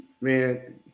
man